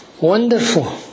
wonderful